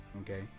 okay